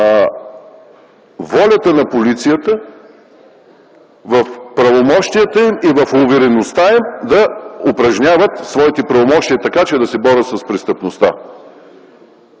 волята на полицията и в увереността им да упражняват своите правомощия така, че да се борят с престъпността.